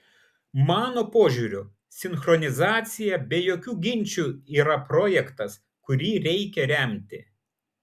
mano požiūriu sinchronizacija be jokių ginčų yra projektas kurį reikia remti